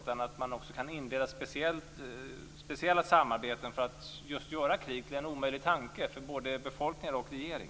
Man kan också inleda speciella samarbeten för att just göra krig till en omöjlig tanke för både befolkning och regering.